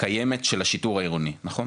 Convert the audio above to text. קיימת של השיטור העירוני נכון?